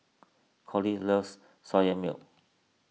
Collis loves Soya Milk